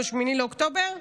ב-8 באוקטובר?